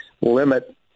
limit